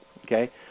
okay